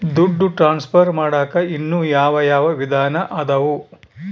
ದುಡ್ಡು ಟ್ರಾನ್ಸ್ಫರ್ ಮಾಡಾಕ ಇನ್ನೂ ಯಾವ ಯಾವ ವಿಧಾನ ಅದವು?